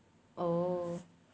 oh